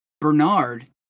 Bernard